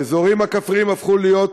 האזורים הכפריים הפכו להיות